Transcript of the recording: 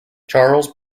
charles